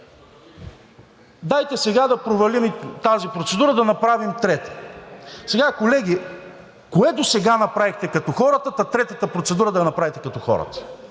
Дайте сега да провалим и тази процедура, да направим трета. Сега, колеги, кое досега направихте като хората, та третата процедура да я направите като хората